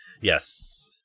Yes